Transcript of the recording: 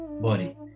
body